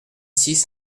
six